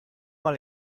mal